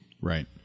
Right